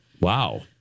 wow